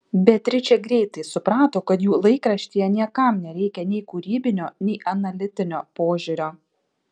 beatričė greitai suprato kad jų laikraštyje niekam nereikia nei kūrybinio nei analitinio požiūrio